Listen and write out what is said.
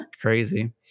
Crazy